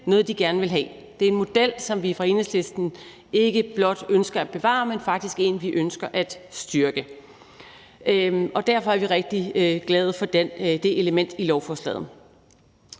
også gerne vil have, og det er en model, som vi fra Enhedslistens side ikke blot ønsker at bevare, men som vi faktisk også ønsker at styrke. Derfor er vi rigtig glade for det element i lovforslaget.